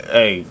Hey